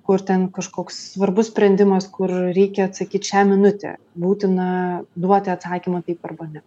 kur ten kažkoks svarbus sprendimas kur reikia atsakyt šią minutę būtina duoti atsakymą taip arba ne